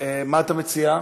מה אתה מציע?